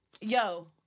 Yo